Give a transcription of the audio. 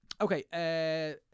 okay